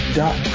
dot